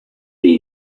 the